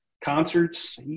concerts